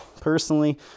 Personally